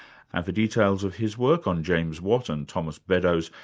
and the details of his work on james watt and thomas beddoes,